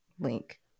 Link